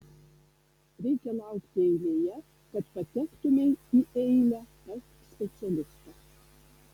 reikia laukti eilėje kad patektumei į eilę pas specialistą